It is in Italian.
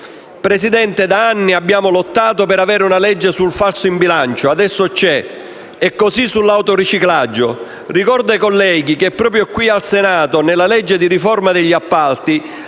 Presidente, per anni abbiamo lottato per avere una legge sul falso in bilancio. Adesso c'è. E così è sull'autoriciclaggio. Ricordo ai colleghi che proprio qui al Senato, nella legge di riforma degli appalti,